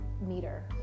meter